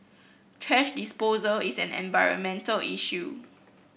thrash disposal is an environmental issue